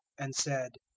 and said